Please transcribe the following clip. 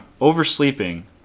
oversleeping